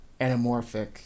anamorphic